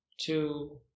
Two